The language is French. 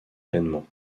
pleinement